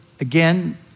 Again